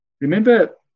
Remember